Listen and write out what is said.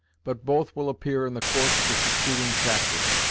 but both will appear in the course of the succeeding chapters.